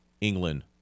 England